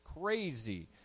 crazy